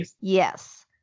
yes